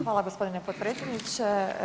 Hvala gospodine potpredsjedniče.